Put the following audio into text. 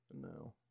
No